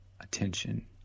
attention